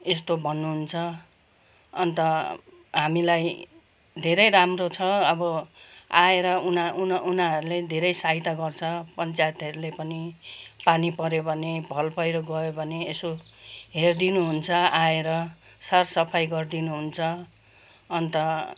यस्तो भन्नुहुन्छ अन्त हामीलाई धेरै राम्रो छ अब आएर उना उन उनीहरूले धेरै सहायता गर्छ पञ्चायतहरूले पनि पानी पऱ्यो भने भल पहिरो गयो भने यसो हेरिदिनुहुन्छ आएर सर सफाई गरिदिनु हुन्छ अन्त